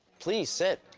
please sit.